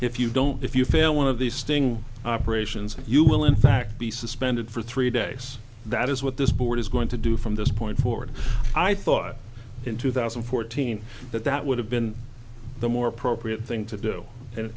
if you don't if you fail one of these sting operations you will in fact be suspended for three days that is what this board is going to do from this point forward i thought in two thousand and fourteen that that would have been the more appropriate thing to do and